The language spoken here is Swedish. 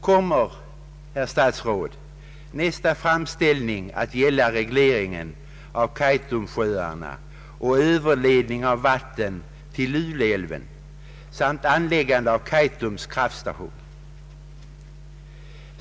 Kommer, herr statsråd, nästa framställning att gälla regleringen av Kaitumsjöarna och överledning av vatten till Lule älv samt anläggande av Kaitums kraftstation?